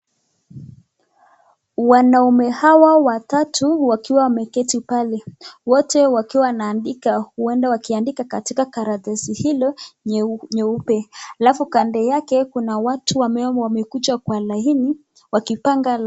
Wanaume hawa watatu wakiwa wameketi pale, wote wakiwa wanaandika huenda wanaandika hili nyeupe, alafu kando yake kuna watu ambao wanakuja kwa laini, wakipanga laini.